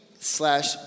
Slash